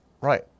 Right